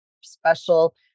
special